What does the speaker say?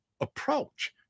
approach